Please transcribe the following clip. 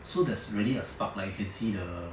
so there's really a spark like you can see the